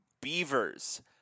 Beavers